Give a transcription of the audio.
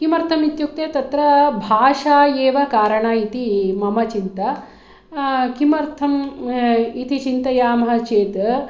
किमर्थम् इत्युक्ते तत्र भाषा एव कारणम् इति मम चिन्ता किमर्थम् इति चिन्तयामः चेत्